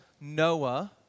Noah